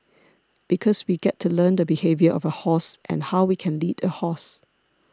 because we get to learn the behaviour of a horse and how we can lead a horse